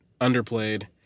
underplayed